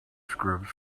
scripts